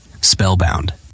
spellbound